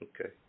Okay